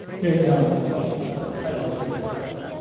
hearing none the question the title is deemed correct